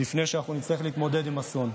לפני שנצטרך להתמודד עם אסון.